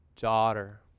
daughter